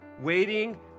Waiting